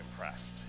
impressed